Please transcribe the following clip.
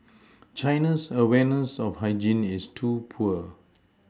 China's awareness of hygiene is too poor